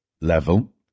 level